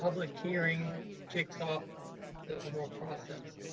public hearing kicks off the overall process.